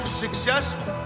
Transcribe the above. successful